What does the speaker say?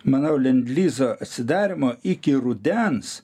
manau lendlizo atsidarymo iki rudens